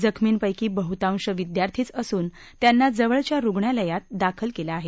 जखमींपक्ती बहुतांश विद्यार्थीच असून त्यांना जवळच्या रुग्णालयात दाखल केलेलं आहे